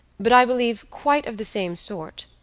but i believe quite of the same sort.